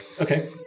Okay